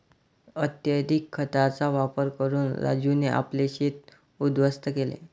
अत्यधिक खतांचा वापर करून राजूने आपले शेत उध्वस्त केले